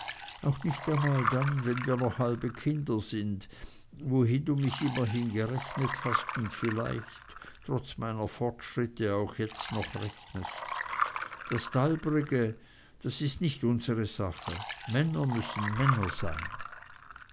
auch nicht einmal dann wenn wir noch halbe kinder sind wohin du mich immer gerechnet hast und vielleicht trotz meiner fortschritte auch jetzt noch rechnest das dalbrige das ist nicht unsre sache männer müssen männer sein